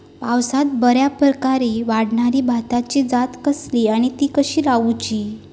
पावसात बऱ्याप्रकारे वाढणारी भाताची जात कसली आणि ती कशी लाऊची?